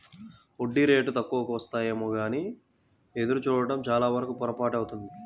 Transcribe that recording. వడ్డీ రేటు తక్కువకు వస్తాయేమోనని ఎదురు చూడడం చాలావరకు పొరపాటే అవుతుంది